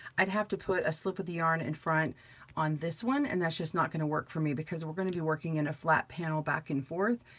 i'd have to put a slip of the yarn in front on this one. and that's just not gonna work for me because we're gonna be working in a flat panel back and forth,